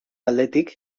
aldetik